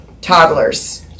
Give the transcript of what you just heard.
toddlers